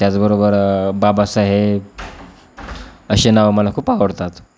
त्याचबरोबर बाबासाहेब असे नावं मला खूप आवडतात